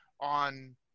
on